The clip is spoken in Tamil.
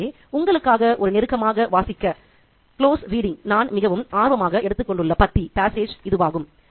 எனவே உங்களுக்காக ஒரு நெருக்கமாக வாசிக்க நான் மிகவும் ஆர்வமாக எடுத்துக்கொண்டுள்ள பத்தி இதுவாகும்